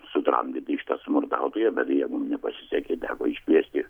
sutramdyti šitą smurtautoją bet deja mum nepasisekė teko iškviesti